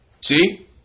See